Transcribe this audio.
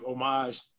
homage